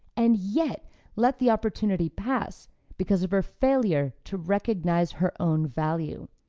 and yet let the opportunity pass because of her failure to recognize her own value.